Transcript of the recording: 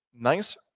Nice